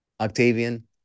Octavian